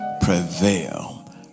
prevail